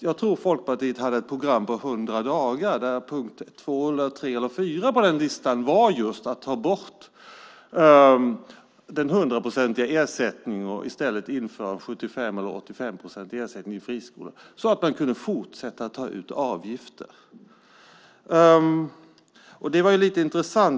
Jag tror att Folkpartiet hade ett program på 100 dagar där punkt 2, 3 eller 4 på den listan var just att ta bort den 100-procentiga ersättningen och i stället införa 75 eller 85 procents ersättning i friskolor så att de kunde fortsätta att ta ut avgifter.